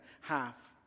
half